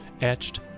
Etched